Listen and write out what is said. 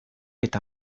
eta